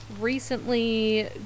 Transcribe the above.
recently